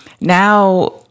Now